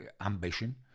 ambition